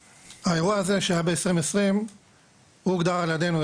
האירוע הזה שהיה בשנת 2020 הוא הוגדר על ידינו,